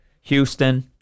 Houston